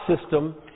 system